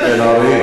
חבר הכנסת בן-ארי.